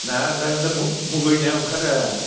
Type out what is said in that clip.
दा मुगैनो ओंखारो